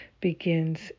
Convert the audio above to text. begins